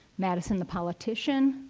madison the politician,